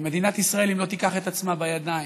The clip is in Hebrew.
מדינת ישראל, אם לא תיקח את עצמה בידיים